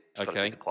Okay